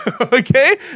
okay